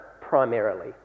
primarily